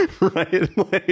right